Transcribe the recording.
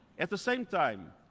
at the same time,